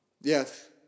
Yes